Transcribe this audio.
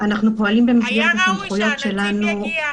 היה ראוי שהנציב יגיע.